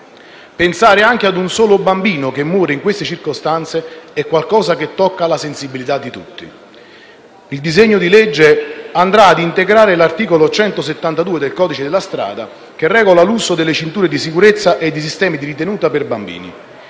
Pensare anche ad un solo bambino che muore in queste circostanze è qualcosa che tocca la sensibilità di tutti. Il disegno di legge andrà ad integrare l'articolo 172 del codice della strada, che regola l'uso delle cinture di sicurezza e dei sistemi di ritenuta per bambini.